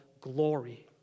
Glory